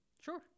Sure